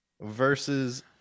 versus